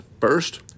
first